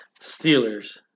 Steelers